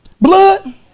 blood